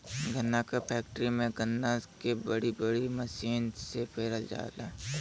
गन्ना क फैक्ट्री में गन्ना के बड़ी बड़ी मसीन से पेरल जाला